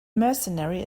mercenary